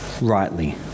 rightly